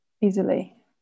easily